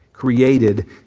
created